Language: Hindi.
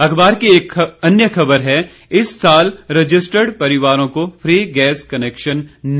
अखबार की एक अन्य खबर है इस साल रजिस्टर्ड परिवारों को फी गैस कनेक्शन नहीं